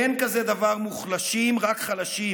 אין כזה דבר מוחלשים, רק חלשים,